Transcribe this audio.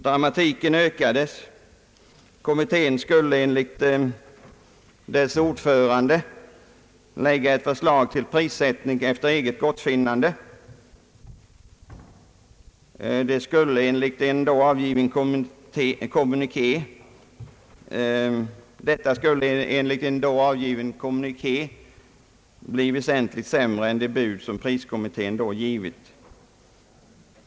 Dramatiken ökades, när kommittén enligt vad dess ordförande meddelade skulle efter eget gottfinnande lägga fram ett förslag till prissättning. Detta förslag skulle enligt en då avgiven kommuniké bli väsentligt sämre än det bud som priskommittén tidigare givit.